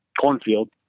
cornfield